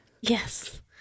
Yes